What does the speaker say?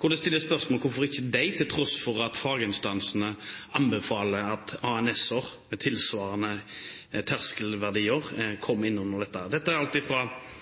hvor det stilles spørsmål om hvorfor ikke, til tross for at faginstansene anbefaler det, ANS-er med tilsvarende terskelverdier kommer inn under dette. Dette er alt